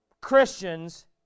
Christians